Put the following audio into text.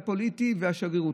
הפוליטי והשגרירות.